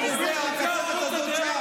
הכתבת הזאת שם,